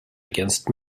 against